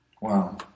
Wow